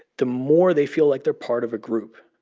the more they feel like they're part of a group.